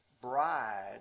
bride